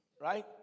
Right